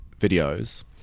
videos